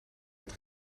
het